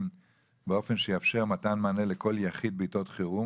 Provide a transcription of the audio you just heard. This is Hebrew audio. באופן שיאפשר מתן מענה לכל יחיד בעתות חירום.